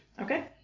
Okay